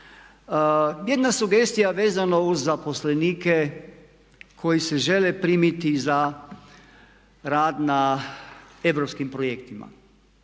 Jedna sugestija vezano uz zaposlenike koji se žele primiti za rad na europskim projektima.